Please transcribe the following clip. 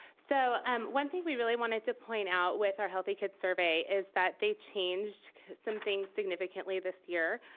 so um one things that we really wanted to point out with our healthy kids survey is that they changed some things significantly this year.